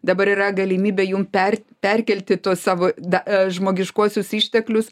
dabar yra galimybė jum per perkelti tuos savo da a žmogiškuosius išteklius